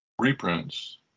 reprints